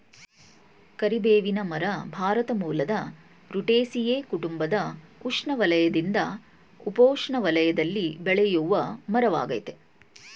ಕರಿಬೇವಿನ ಮರ ಭಾರತ ಮೂಲದ ರುಟೇಸಿಯೇ ಕುಟುಂಬದ ಉಷ್ಣವಲಯದಿಂದ ಉಪೋಷ್ಣ ವಲಯದಲ್ಲಿ ಬೆಳೆಯುವಮರವಾಗಯ್ತೆ